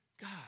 God